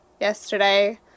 Yesterday